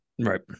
Right